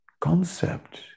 concept